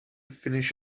finish